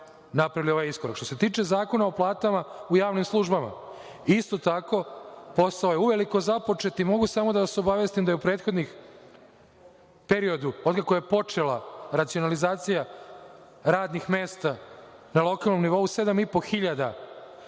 napravili ovaj iskorak. Što se tiče Zakona o platama u javnim službama, isto tako posao je uveliko započet i mogu samo da vas obavestim da u prethodnom periodu, od kako je počela racionalizacija radnih mesta na lokalnom nivou, sedam